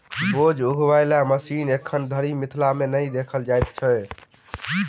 बोझ उघै बला मशीन एखन धरि मिथिला मे नहि देखल जाइत अछि